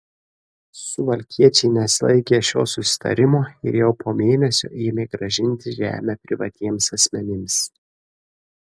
suvalkiečiai nesilaikė šio susitarimo ir jau po mėnesio ėmė grąžinti žemę privatiems asmenims